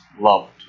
loved